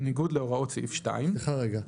בניגוד להוראות סעיף 2";" סליחה רגע,